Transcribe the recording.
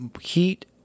heat